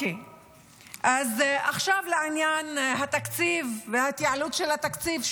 עכשיו לעניין התקציב וההתייעלות של התקציב,